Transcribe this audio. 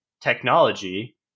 technology